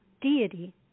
deity